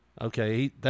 Okay